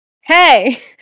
Hey